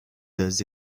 does